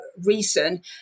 reason